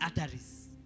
arteries